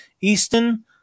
Easton